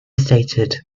stated